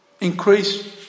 Increase